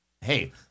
hey